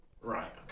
Right